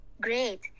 Great